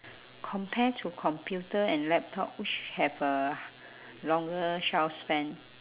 compare to computer and laptop which have a longer shelf span